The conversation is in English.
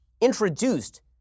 introduced